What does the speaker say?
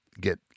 get